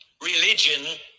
religion